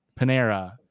Panera